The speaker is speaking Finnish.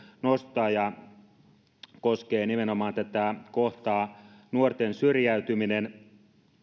nostaa ja ne koskevat nimenomaan tätä kohtaa nuorten syrjäytyminen